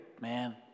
man